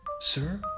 Sir